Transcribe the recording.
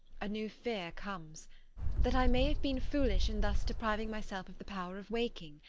a new fear comes that i may have been foolish in thus depriving myself of the power of waking.